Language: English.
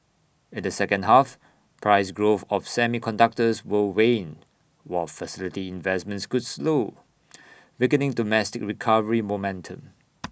in the second half price growth of semiconductors will wane while facility investments could slow weakening domestic recovery momentum